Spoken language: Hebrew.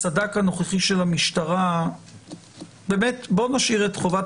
בסד"כ הנוכחי של המשטרה בואו נשאיר את חובת